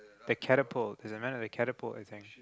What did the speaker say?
the catapult there's a man with a catapult I think